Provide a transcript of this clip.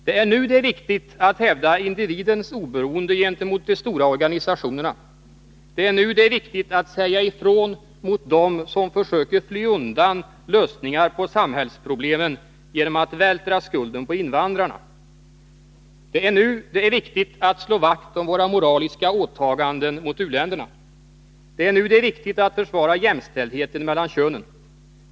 Det är nu det är viktigt att hävda individens oberoende gentemot de stora organisationerna. Det är nu det är viktigt att säga ifrån mot dem som försöker fly undan lösningar på samhällsproblemen genom att vältra skulden på invandrarna. Det är nu det är viktigt att slå vakt om våra moraliska åtaganden mot u-länderna. Det är nu det är viktigt att försvara jämställdheten mellan könen.